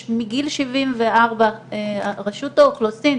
רשות האוכלוסין,